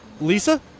Lisa